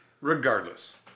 regardless